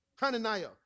Hananiah